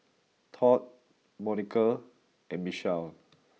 Tod Monica and Michelle